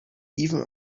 even